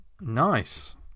Nice